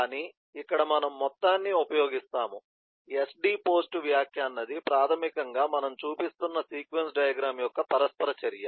కానీ ఇక్కడ మనం మొత్తాన్ని ఉపయోగిస్తాము SD పోస్ట్ వ్యాఖ్య అన్నది ప్రాథమికంగా మనం చూపిస్తున్న సీక్వెన్స్ డయాగ్రమ్ యొక్క పరస్పర చర్య